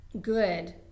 good